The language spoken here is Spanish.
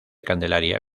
candelaria